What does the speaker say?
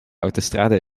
autostrade